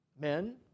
men